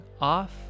off